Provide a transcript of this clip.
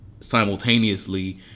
simultaneously